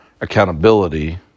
accountability